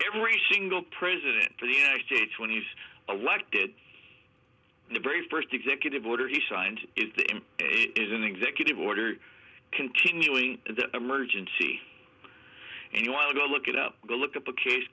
every single president for the united states when he's elected the very first executive order he signed is an executive order continuing the emergency and you want to go look it up go look at the case